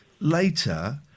later